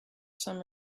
some